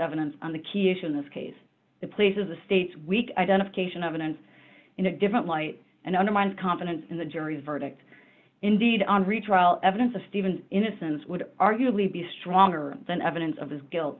evidence on the key issue in this case it places the state's weak identification evidence in a different light and undermines confidence in the jury's verdict indeed on retrial evidence of stevens innocence would arguably be stronger than evidence of his guilt